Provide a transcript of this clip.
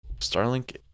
Starlink